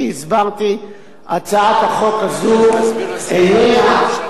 הצעת החוק הזאת איננה פותרת את הבעיה